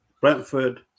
Brentford